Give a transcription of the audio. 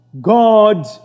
God